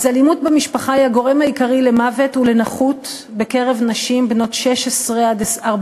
אז אלימות במשפחה היא הגורם העיקרי למוות ולנכות בקרב נשים בנות 16 44,